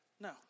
No